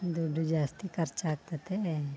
ದುಡ್ಡು ಜಾಸ್ತಿ ಖರ್ಚ್ ಆಗ್ತದೆ